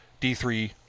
D3